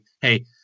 hey